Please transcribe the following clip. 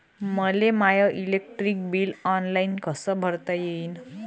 मले my electric bill online कस भरता येईन?